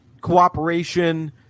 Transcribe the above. cooperation